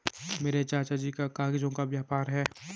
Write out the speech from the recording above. मेरे चाचा जी का कागजों का व्यापार है